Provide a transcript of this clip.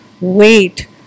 wait